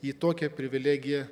į tokią privilegiją